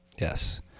Yes